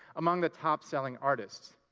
among the top-selling artists.